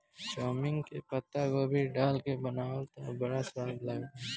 chowmein में पातगोभी डाल के बनावअ तअ बड़ा स्वाद देला